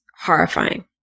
horrifying